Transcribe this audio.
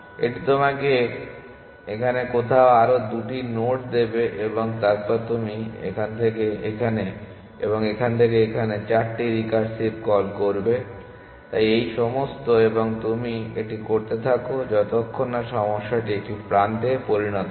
এটি তোমাকে এখানে কোথাও আরও দুটি নোড দেবে এবং তারপর তুমি এখানে থেকে এখানে এবং এখানে থেকে এখানে 4টি রিকার্সিভ কল করবে তাই এই সমস্ত এবং তুমি এটি করতে থাকো যতক্ষণ না সমস্যাটি একটি প্রান্তে পরিণত হয়